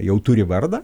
jau turi vardą